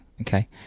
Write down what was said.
okay